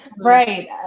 Right